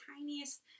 tiniest